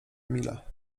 emila